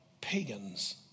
pagans